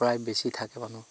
প্ৰায় বেছি থাকে মানুহ